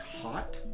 hot